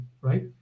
right